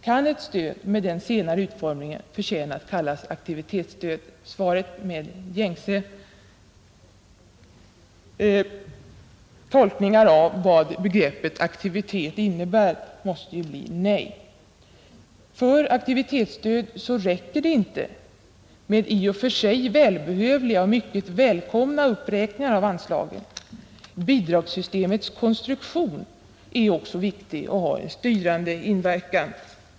Kan ett stöd med den senare utformningen förtjäna att kallas aktivitetsstöd? Svaret med gängse tolkningar av vad begreppet aktivitet innebär måste bli nej. För aktivitetsstöd räcker det inte med i och för sig välbehövliga och mycket välkomna uppräkningar av anslaget. Bidragssystemets konstruktion är också viktig och har en styrande inverkan.